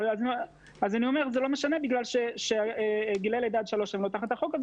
זה לא משנה כי שגילי לידה עד שלוש לא תחת החוק הזה